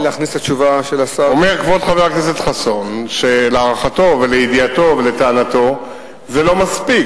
אומר כבוד חבר הכנסת חסון שלהערכתו ולידיעתו ולטענתו זה לא מספיק,